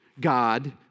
God